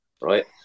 right